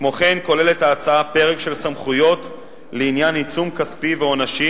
כמו כן כוללת ההצעה פרק של סמכויות לעניין עיצום כספי ועונשים